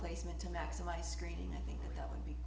placement to maximize screening i think that would be